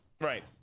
Right